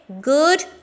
good